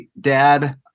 dad